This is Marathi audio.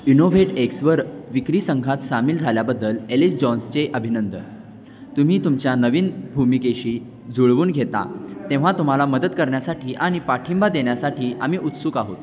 इनोव्हेट एक्सवर विक्री संघात सामील झाल्याबद्दल एलिस जॉन्सचे अभिनंदन तुम्ही तुमच्या नवीन भूमिकेशी जुळवून घेता तेव्हा तुम्हाला मदत करण्यासाठी आणि पाठिंबा देण्यासाठी आम्ही उत्सुक आहोत